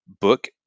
book